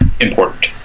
important